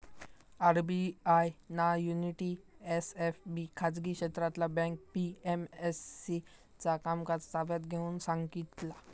RBI ना Unity SFB खाजगी क्षेत्रातला बँक पी.एम.सी चा कामकाज ताब्यात घेऊन सांगितला